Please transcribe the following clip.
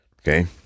Okay